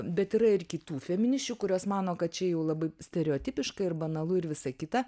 bet yra ir kitų feminisčių kurios mano kad čia jau labai stereotipiška ir banalu ir visa kita